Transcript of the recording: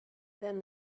then